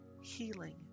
Healing